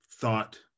thought